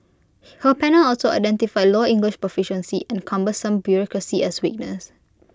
her panel also identified low English proficiency and cumbersome bureaucracy as weaknesses